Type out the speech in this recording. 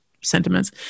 sentiments